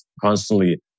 constantly